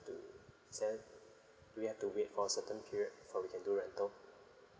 to serve do we have to wait for a certain period before we can do rental